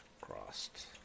crossed